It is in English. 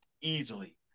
easily